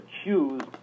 accused